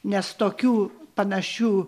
nes tokių panašių